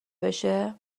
بشه